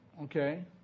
Okay